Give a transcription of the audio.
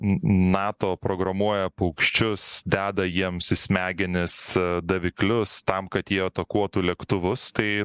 nato programuoja paukščius deda jiems į smegenis daviklius tam kad jie atakuotų lėktuvus tai